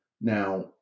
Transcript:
Now